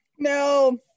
No